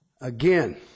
Again